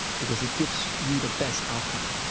because it gives you the best outcome.